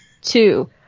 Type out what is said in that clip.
two